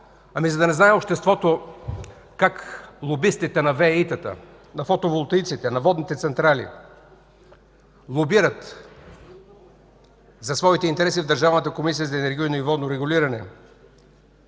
Ами за да не знае обществото как лобистите на ВЕИ-тата, на фотоволтаиците, на водните централи, лобират за своите интереси в Държавната комисия за енергийно и водно регулиране.